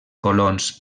colons